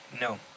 No